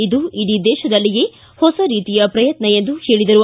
ಇದು ಇಡೀ ದೇಶದಲ್ಲಿಯೇ ಹೊಸ ರೀತಿಯ ಪ್ರಯತ್ನ ಎಂದು ಹೇಳಿದರು